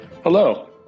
Hello